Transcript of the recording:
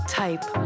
type